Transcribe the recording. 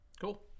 Cool